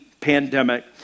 pandemic